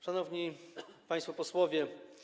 Szanowni Państwo Posłowie!